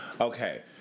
Okay